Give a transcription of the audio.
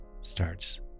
starts